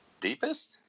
Deepest